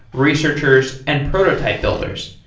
researchers and prototype builders.